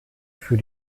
für